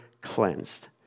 cleansed